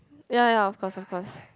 ya ya of course of course